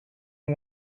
who